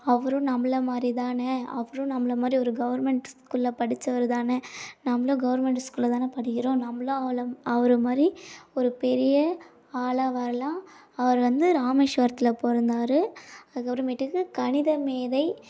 அவரும் நம்மளை மாதிரிதானே அவரும் நம்மளை மாதிரி ஒரு கவர்மெண்ட் ஸ்கூல்ல படிச்சவர் தானே நம்மளும் கவர்மெண்டு ஸ்கூல்ல தானே படிக்கிறோம் நம்மளும் அவளம் அவரை மாதிரி ஒரு பெரிய ஆளாக வரலாம் அவர் வந்து ராமேஸ்வரத்தில் பிறந்தாரு அதுக்கு அப்புறமேட்டுக்கு கணிதமேதை